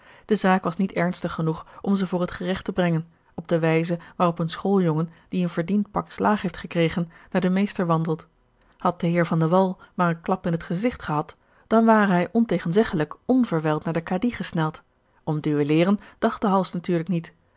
de zaak was niet ernstig genoeg om ze voor het geregt te brengen op de wijze waarop een schooljongen die een verdiend pak slaag heeft gekregen naar den meester wandelt had de heer van de wall maar een george een ongeluksvogel klap in het gezigt gehad dan ware hij ontegenzeggelijk onverwijld naar den kadi gesneld om duelleren dacht de hals natuurlijk niet